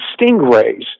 stingrays